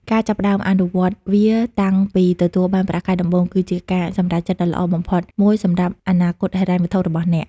ការចាប់ផ្តើមអនុវត្តវាតាំងពីទទួលបានប្រាក់ខែដំបូង គឺជាការសម្រេចចិត្តដ៏ល្អបំផុតមួយសម្រាប់អនាគតហិរញ្ញវត្ថុរបស់អ្នក។